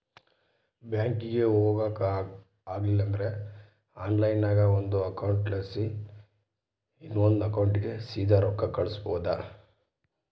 ಬ್ಯಾಂಕಿಗೆ ಹೊಗಾಕ ಆಗಲಿಲ್ದ್ರ ಆನ್ಲೈನ್ನಾಗ ಒಂದು ಅಕೌಂಟ್ಲಾಸಿ ಇನವಂದ್ ಅಕೌಂಟಿಗೆ ಸೀದಾ ರೊಕ್ಕ ಕಳಿಸ್ಬೋದು